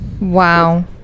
wow